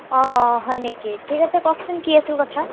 অ' হয় নেকি ঠিক আছে কওকচোন কি আছিল কথা